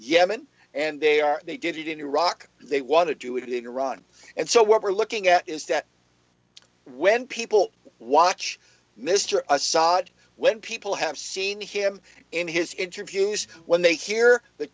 yemen and they are they did it in iraq they want to do it in iran and so what we're looking at is that when people watch mr assad when people have seen him in his interviews when they hear the